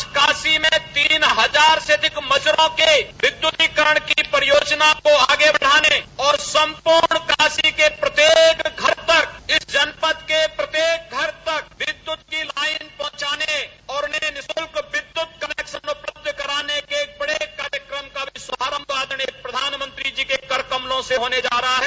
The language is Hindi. आज काशी में तीन हजार से अधिक मजरों के विद्युतीकरण की योजना को आगे बढ़ाने और सम्पूर्ण काशी के प्रत्येक घर पर इस जनपद के प्रत्येक घर तक विद्युत की लाइन पहुंचाने और उन्हें निःशुल्क विद्युत कनेक्शन उपलब्ध कराने के एक बड़े कार्यक्रम का शुभारम्भ आदरणीय प्रधानमंत्री जी के कर कमलों से होने जा रहा है